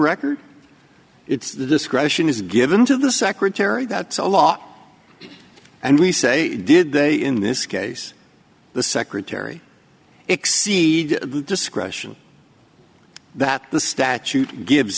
record it's the discretion is given to the secretary that's a lot and we say did they in this case the secretary exceed the discretion that the statute gives